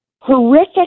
horrific